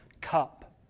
cup